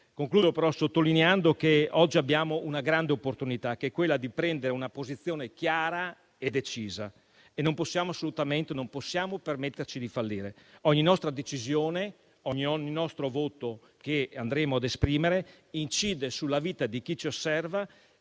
atti, ma sottolineando che oggi abbiamo una grande opportunità, che è quella di prendere una posizione chiara e decisa e non possiamo assolutamente permetterci di fallire. Ogni nostra decisione, ogni voto che andremo ad esprimere incide sulla vita di chi ci osserva